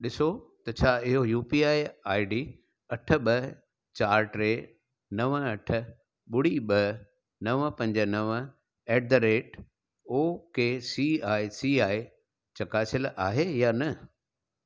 ॾिसो त छा इहो यूपीआई आईडी अठ ॿ चारि टे नव अठ ॿुड़ी ॿ नव पंज नव at the rate O K C I C I चकासियलु आहे या न